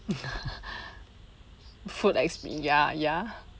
food expe~ ya ya